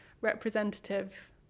representative